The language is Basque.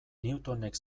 newtonek